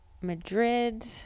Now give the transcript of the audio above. madrid